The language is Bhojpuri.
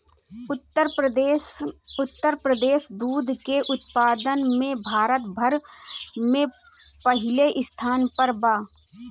उत्तर प्रदेश दूध के उत्पादन में भारत भर में पहिले स्थान पर बा